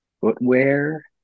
footwear